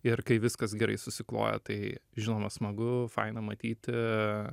ir kai viskas gerai susikloja tai žinoma smagu faina matyti